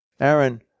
Aaron